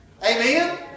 Amen